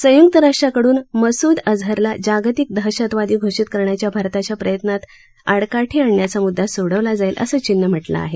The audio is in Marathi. संय्क्त राष्ट्राकडून मसूद अजहरला जागतिक दहशतवादी घोषित करण्याच्या भारताच्या प्रयत्नात आडकाठी आणण्याचा म्ददा सोडवला जाईल असं चीननं म्हटलं आहे